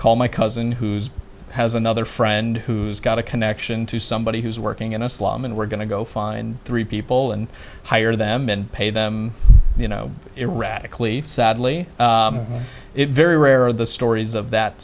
call my cousin who's has another friend who's got a connection to somebody who's working in a slum and we're going to go find three people and hire them and pay them you know erratic leaf sadly it's very rare are the stories of that